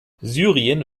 syrien